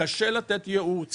קשה לתת ייעוץ.